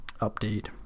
update